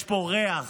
יש פה ריח